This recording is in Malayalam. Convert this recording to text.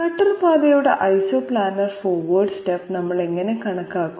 കട്ടർ പാതയുടെ ഐസോപ്ലാനർ ഫോർവേഡ് സ്റ്റെപ്പ് നമ്മൾ എങ്ങനെ കണക്കാക്കും